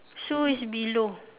sue is below